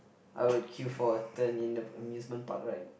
I would queue for a turn in the amusement park ride